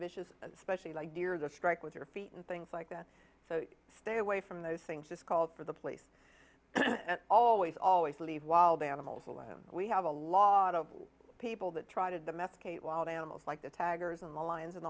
vicious especially like deer that strike with your feet and things like that so stay away from those things it's called for the place always always leave wild animals alone we have a lot of people that try to domesticate wild animals like the taggers and the lions and